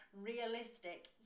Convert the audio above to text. Realistic